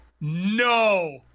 No